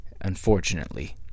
unfortunately